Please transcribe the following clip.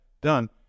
done